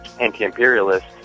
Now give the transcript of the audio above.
anti-imperialist